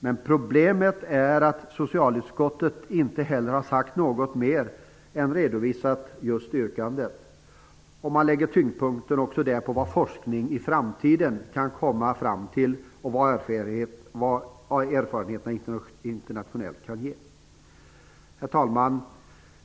Men problemet är att socialutskottet inte heller har gjort något annat än att redovisa yrkandet. Man lägger tyngdpunkten på vad forskningen i framtiden kan komma fram till och vad internationella erfarenheter kan ge. Herr talman!